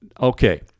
Okay